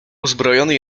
uzbrojony